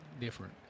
different